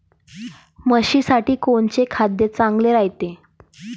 म्हशीसाठी कोनचे खाद्य चांगलं रायते?